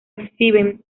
exhiben